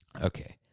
Okay